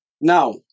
now